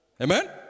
Amen